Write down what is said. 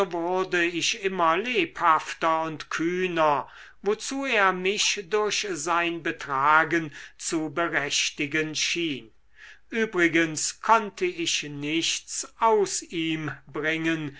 wurde ich immer lebhafter und kühner wozu er mich durch sein betragen zu berechtigen schien übrigens konnte ich nichts aus ihm bringen